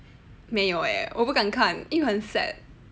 没有 eh 我不敢看因为很 sad